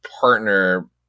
partner